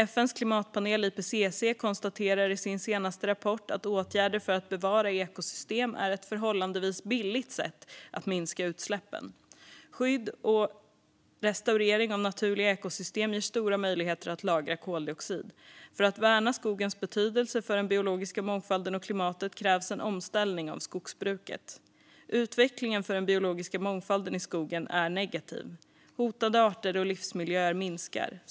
FN:s klimatpanel IPCC konstaterar i sin senaste rapport att åtgärder för att bevara ekosystem är ett förhållandevis billigt sätt att minska utsläppen. Skydd och restaurering av naturliga ekosystem ger stora möjligheter att lagra koldioxid. För att värna skogens betydelse för den biologiska mångfalden och klimatet krävs en omställning av skogsbruket. Utvecklingen för den biologiska mångfalden i skogen är negativ. Hotade arter och livsmiljöer minskar.